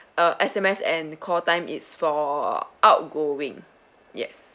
uh S_M_S and call time it's for outgoing yes